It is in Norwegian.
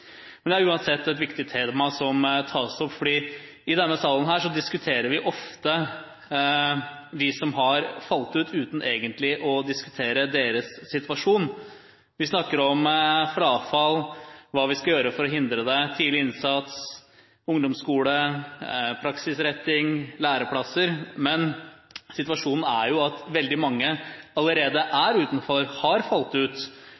men jeg synes også vi i statsrådens innlegg hørte at dette er et område hvor det skjer en god del. Det har skjedd mye i positiv retning – lenge. Det er uansett et viktig tema som tas opp, for i denne salen diskuterer vi ofte dem som har falt ut, uten egentlig å diskutere deres situasjon. Vi snakker om frafall, hva vi skal gjøre for å hindre det